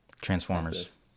Transformers